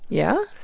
yeah?